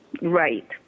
Right